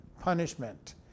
punishment